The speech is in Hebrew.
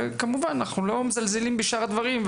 אנחנו, כמובן, לא מזלזלים בשאר הדברים.